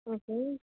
હંહં